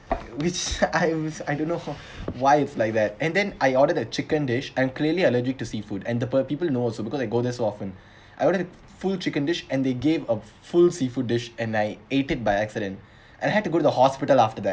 which I which I don't know how why it's like that and then I ordered a chicken dish and clearly allergic to seafood and the peo~ people know because I go there so often I wanted a full chicken dish and they gave a full seafood dish and I ate it by accident and had to go to the hospital after that